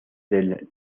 del